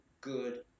good